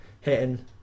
hitting